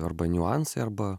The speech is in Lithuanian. arba niuansai arba